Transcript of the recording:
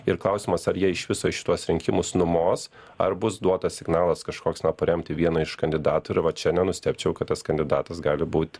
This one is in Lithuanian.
ir klausimas ar jie iš viso į šituos rinkimus numos ar bus duotas signalas kažkoks na paremti vieną iš kandidatų ir va čia nenustebčiau kad tas kandidatas gali būt